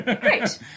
Great